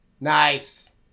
nice